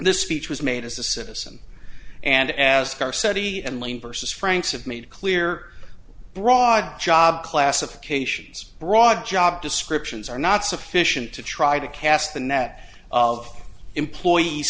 this speech was made as a citizen and as carr said he and lee versus franks have made clear broad job classifications broad job descriptions are not sufficient to try to cast the net of employees